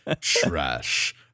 trash